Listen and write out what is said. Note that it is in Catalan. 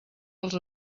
als